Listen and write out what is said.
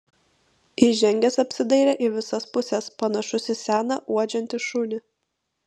įžengęs apsidairė į visas puses panašus į seną uodžiantį šunį